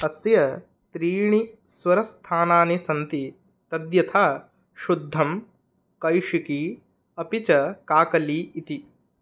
अस्य त्रीणि स्वरस्थानानि सन्ति तद्यथा शुद्धं कैशिकी अपि च काकली इति